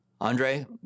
andre